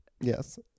Yes